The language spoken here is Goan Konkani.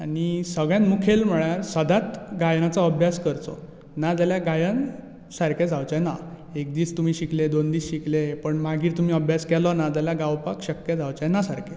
आनी सगळ्यांत मुखेल म्हळ्यार सदांच गायनाचो अभ्यास करचो ना जाल्यार गायन सारकें जावचें ना एक दीस तुमी शिकलें दोन दीस शिकलें पूण मागीर तुमी अभ्यास केलो ना जाल्यार गांवपाक शक्य जावचें ना सारकें